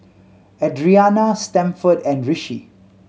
Adrianna Stanford and Rishi